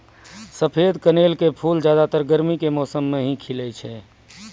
सफेद कनेल के फूल ज्यादातर गर्मी के मौसम मॅ ही खिलै छै